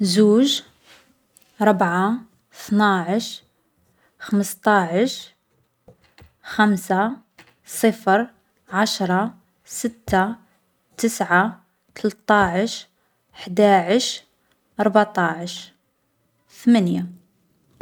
زوج، ربعة، ثناعش، خمسطاعش، خمسة، زيرو، عشرة، ستة، تسعة، تلطاعش، حداعش، ربطاعش، ثمنية.